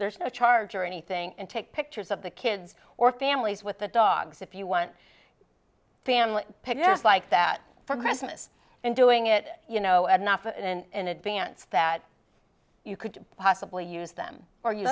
there's no charge or anything and take pictures of the kids or families with the dogs if you want family pick yes like that for christmas and doing it you know and not and in advance that you could possibly use them or